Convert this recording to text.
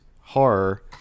horror